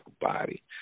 body